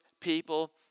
people